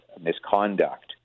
misconduct